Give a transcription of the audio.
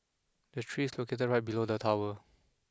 the tree is located right below the tower